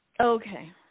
Okay